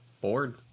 Bored